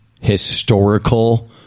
historical